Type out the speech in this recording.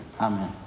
Amen